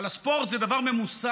הלוא הספורט זה דבר ממוסד.